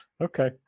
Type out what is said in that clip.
Okay